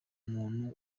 muntu